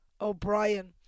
O'Brien